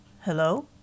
Hello